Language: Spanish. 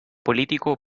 político